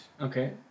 Okay